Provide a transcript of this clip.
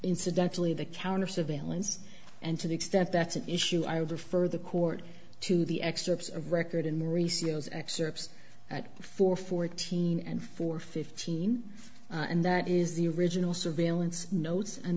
incidentally the counter surveillance and to the extent that's an issue i would refer the court to the excerpts of record in memory see those excerpts at four fourteen and four fifteen and that is the original surveillance notes and